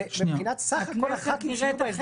זה מבחינת סך כל חברי הכנסת שיהיו בהסדר